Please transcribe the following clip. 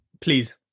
please